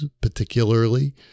particularly